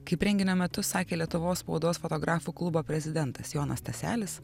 kaip renginio metu sakė lietuvos spaudos fotografų klubo prezidentas jonas staselis